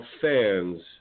fans